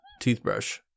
toothbrush